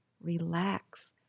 relax